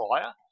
prior